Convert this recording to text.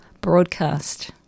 broadcast